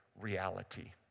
reality